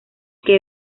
que